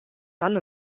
son